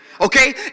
Okay